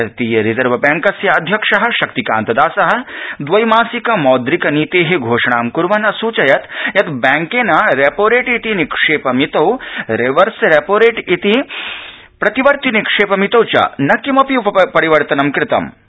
भारतीय रिजर्व बैंकस्य अध्यक्ष शक्तिकान्त दास द्वैमासिक मौद्रिक नीते घोषणां क्वन् असूचयत् यत् बैंकेन रेपोरेट इति निक्षेप मितौं रिवर्स रेपोरेट इति प्रतिवर्ति निक्षेप मितौं च न किमपि परिवर्तनं कृतम् अस्ति